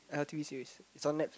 uh T_V series it's on Netflix